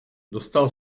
dostal